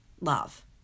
love